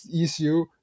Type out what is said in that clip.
issue